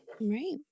right